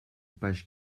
pages